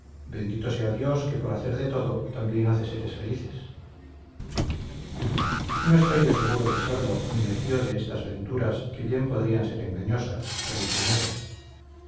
bendito sea dios que por hacer de todo también hace seres felices no estoy yo seguro de serlo ni me fío de estas venturas que bien podrían ser engañosas traicioneras